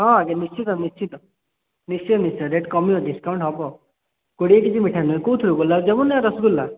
ହଁ ଆଜ୍ଞା ନିଶ୍ଚିତ ନିଶ୍ଚିତ ନିଶ୍ଚୟ ନିଶ୍ଚୟ ରେଟ୍ କମିବ ଡିସ୍କାଉଣ୍ଟ୍ ହେବ କୋଡ଼ିଏ କେ ଜି ମିଠା ନେବେ କେଉଁଥିରୁ ଗୁଲାବ୍ଜାମୁନ୍ ନା ରସଗୋଲା